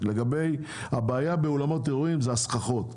הבעיה באולמות אירועים היא הסככות.